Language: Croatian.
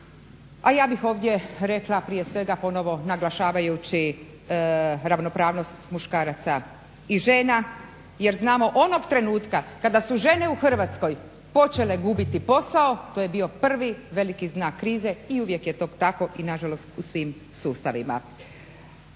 A ja bih ovdje rekla prije svega ponovno naglašavajući ravnopravnost muškaraca i žena jer znamo onog trenutka kada su žene u Hrvatskoj počele gubiti posao to je bio prvi veliki znak krize i uvijek je to tako i nažalost u svim sustavima.